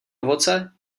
ovoce